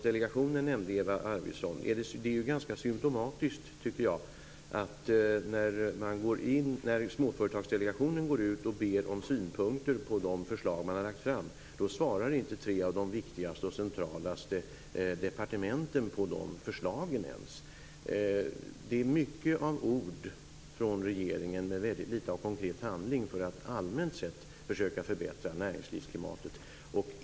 Det är symtomatiskt att när Småföretagsdelegationen ber om synpunkter på framlagda förslag svarar inte tre av de viktigaste och mest centrala departementen. Det är mycket av ord från regeringen men litet av konkret handling för att allmänt sett försöka förbättra näringslivsklimatet.